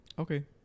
Okay